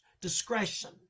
discretion